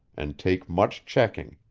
and take much checking.